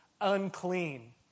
unclean